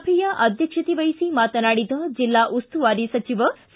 ಸಭೆಯ ಅಧ್ಯಕ್ಷತೆವಹಿಸಿ ಮಾತನಾಡಿದ ಜಿಲ್ಲಾ ಉಸ್ತುವಾರಿ ಸಚಿವ ಸಿ